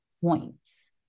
points